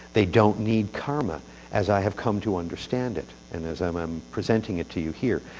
they don't need karma as i have come to understand it. and as i'm presenting it to you here.